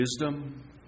wisdom